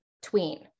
tween